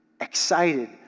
Excited